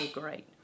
great